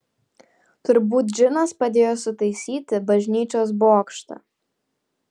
turbūt džinas padėjo sutaisyti bažnyčios bokštą